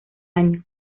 año